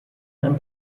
einem